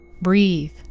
Breathe